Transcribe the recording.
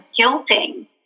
guilting